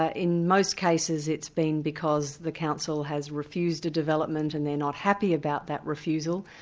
ah in most cases it's been because the council has refused a development and they're not happy about that refusal.